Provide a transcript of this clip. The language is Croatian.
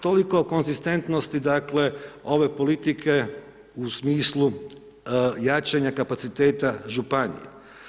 Toliko o konzistentnosti dakle ove politike u smislu jačanja kapaciteta županija.